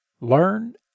learn